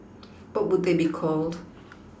what would they be called